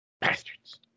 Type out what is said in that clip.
Bastards